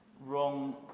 Wrong